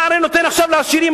אתה הרי נותן עכשיו לעשירים,